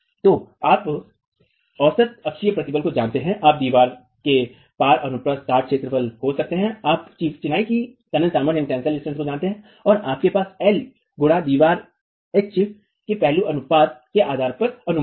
तो आप औसत अक्षीय प्रतिबल को जानते हैं आप दीवार के पार अनुप्रस्थ काट क्षेत्रफल को जानते हैं आप चिनाई की तनन सामर्थ्य को जानते हैं और आपके पास l एल गुणा दीवार H एच के पहलू अनुपात के आधार पर अनुमान है